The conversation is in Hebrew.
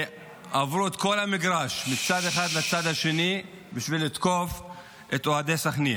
ועברו את כל המגרש מצד אחד לצד השני בשביל לתקוף את אוהדי סח'נין.